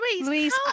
Louise